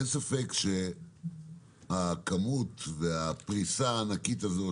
אין ספק שהכמות והפריסה הענקית הזאת